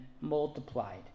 multiplied